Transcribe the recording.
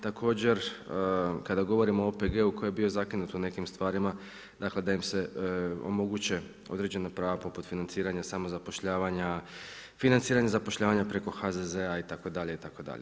Također kada govorimo o OPG-u koji je bio zakinut u nekim stvarima da im se omoguće određena prava poput financiranja, samozapošljavanja, financiranja zapošljavanja preko HZZ-a itd., itd.